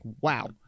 wow